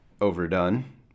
overdone